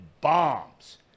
bombs